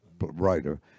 writer